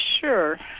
Sure